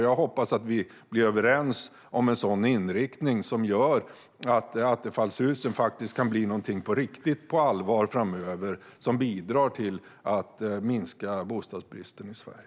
Jag hoppas att vi blir överens om en sådan inriktning som gör att attefallshusen faktiskt kan bli någonting på riktigt allvar framöver och som bidrar till att minska bostadsbristen i Sverige.